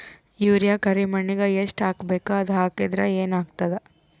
Urea ಕರಿಮಣ್ಣಿಗೆ ಎಷ್ಟ್ ಹಾಕ್ಬೇಕ್, ಅದು ಹಾಕದ್ರ ಏನ್ ಆಗ್ತಾದ?